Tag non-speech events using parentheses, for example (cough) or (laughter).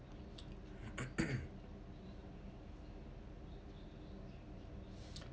(noise)